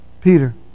Peter